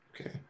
Okay